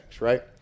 Right